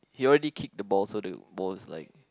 he already kicked the balls so the balls like